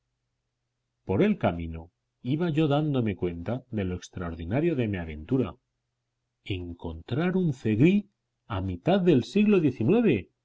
por el camino iba yo dándome cuenta de lo extraordinario de mi aventura encontrar un zegrí a mitad del siglo